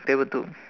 table two